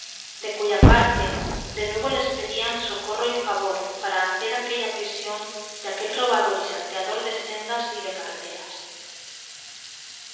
de cuya parte de nuevo les pedían socorro y favor para hacer aquella prisión de aquel robador y salteador de sendas y de carreras